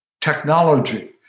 technology